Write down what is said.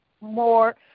more